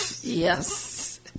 Yes